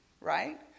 right